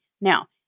Now